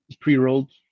pre-rolled